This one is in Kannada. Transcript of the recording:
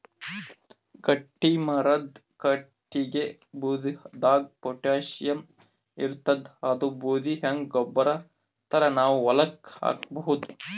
ಗಟ್ಟಿಮರದ್ ಕಟ್ಟಗಿ ಬೂದಿದಾಗ್ ಪೊಟ್ಯಾಷಿಯಂ ಇರ್ತಾದ್ ಅದೂ ಬೂದಿ ಹಂಗೆ ಗೊಬ್ಬರ್ ಥರಾ ನಾವ್ ಹೊಲಕ್ಕ್ ಹಾಕಬಹುದ್